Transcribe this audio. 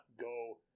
go